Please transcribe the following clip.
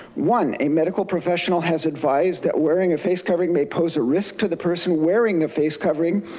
one, a medical professional has advised that wearing a face covering may pose a risk to the person wearing the face covering.